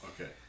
Okay